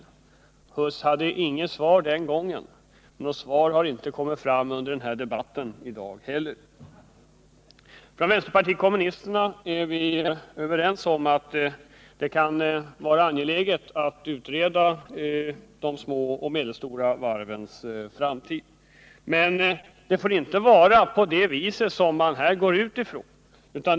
Industriminister Huss hade inget svar den gången, och något svar har inte heller lämnats under dagens debatt. Inom vänsterpartiet kommunisterna är vi överens om att det kan vara angeläget att utreda de små och medelstora varvens framtid, men inte från de utgångspunkter som man talar om här.